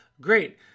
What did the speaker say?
Great